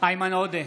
איימן עודה,